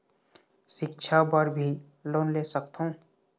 सिक्छा बर भी लोन ले सकथों?